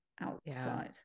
outside